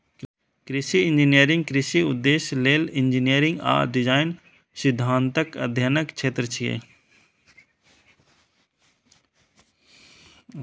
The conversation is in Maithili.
कृषि इंजीनियरिंग कृषि उद्देश्य लेल इंजीनियरिंग आ डिजाइन सिद्धांतक अध्ययनक क्षेत्र छियै